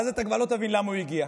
ואז אתה כבר לא תבין למה הוא הגיע.